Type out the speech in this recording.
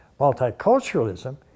multiculturalism